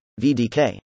VDK